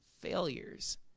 failures